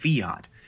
fiat